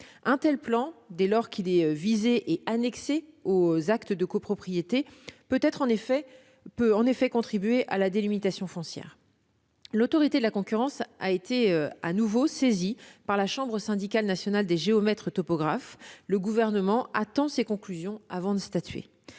Un tel plan, dès lors qu'il est visé et annexé aux actes de copropriété, peut en effet contribuer à la délimitation foncière. L'Autorité de la concurrence a été de nouveau saisie par la Chambre syndicale nationale des géomètres-topographes. Le Gouvernement attend ses conclusions avant de statuer.